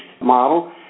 model